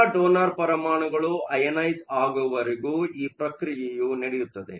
ಎಲ್ಲಾ ಡೊನರ್ ಪರಮಾಣುಗಳು ಅಯನೈಸ಼್ ಆಗುವವರೆಗೂ ಈ ಪ್ರಕ್ರಿಯೆಯು ನಡೆಯುತ್ತದೆ